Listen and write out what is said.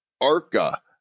ARCA